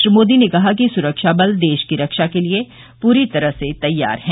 श्री मोदी ने कहा कि सुरक्षा बल देश की रक्षा के लिए पूरी तरह से तैयार हैं